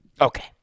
Okay